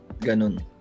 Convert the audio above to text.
ganon